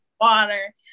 water